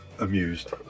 Amused